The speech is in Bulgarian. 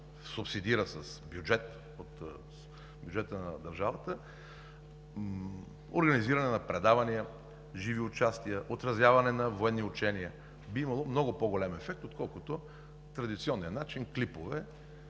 субсидират с бюджета на държавата – организиране на предавания за живи участия, отразяване на военни учения, би имало много по-голям ефект, отколкото по традиционния начин – клипове,